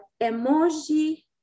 emoji